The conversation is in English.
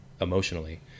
emotionally